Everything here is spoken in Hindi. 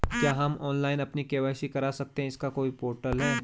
क्या हम ऑनलाइन अपनी के.वाई.सी करा सकते हैं इसका कोई पोर्टल है?